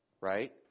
Right